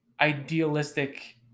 Idealistic